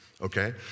okay